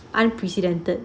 unprecedented